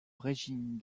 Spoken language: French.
régime